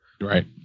Right